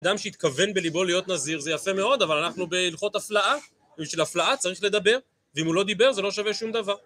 אדם שהתכוון בליבו להיות נזיר זה יפה מאוד, אבל אנחנו בהלכות הפלאה, ובשביל הפלאה צריך לדבר, ואם הוא לא דיבר זה לא שווה שום דבר.